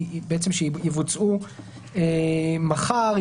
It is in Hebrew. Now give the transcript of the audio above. שיבוצעו מחר,